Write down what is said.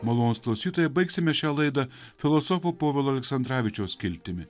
malonūs klausytojai baigsime šią laidą filosofo povilo aleksandravičiaus skiltimi